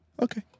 Okay